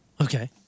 Okay